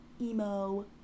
emo